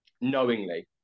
knowingly